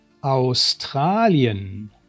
Australien